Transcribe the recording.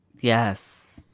Yes